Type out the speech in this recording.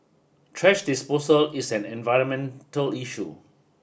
thrash disposal is an environmental issue